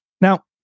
Now